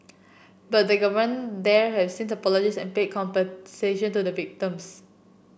but the governments there have since apologised and paid compensation to the victims